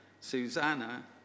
Susanna